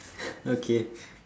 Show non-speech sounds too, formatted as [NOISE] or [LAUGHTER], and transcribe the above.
[LAUGHS] okay [LAUGHS]